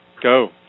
Go